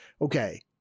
okay